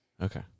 Okay